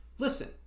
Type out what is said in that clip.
Listen